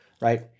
right